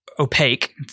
Opaque